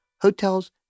hotels